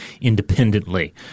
independently